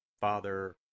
Father